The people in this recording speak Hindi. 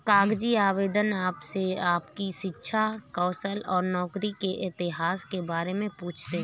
कागजी आवेदन आपसे आपकी शिक्षा, कौशल और नौकरी के इतिहास के बारे में पूछते है